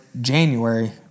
January